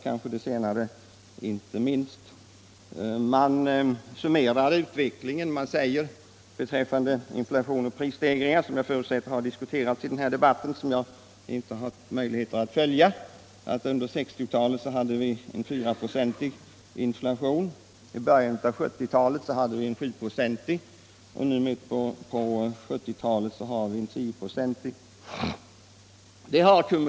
Man summerar utvecklingen och säger beträffande inflation och prisstegringar, som jag förutsätter har diskuterats i den här debatten, som jag inte haft möjligheter att följa, att vi under 1960-talet hade en 4-procentig inflation, i början av 1970-talet hade en 7-procentig och nu i mitten på 1970-talet har en 10-procentig inflation.